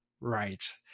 right